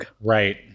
Right